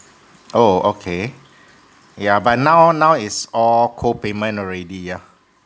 oh okay yeah but now now is all co payment already yeah